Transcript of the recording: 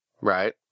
Right